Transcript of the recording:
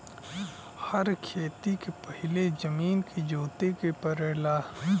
हर खेती के पहिले जमीन के जोते के पड़ला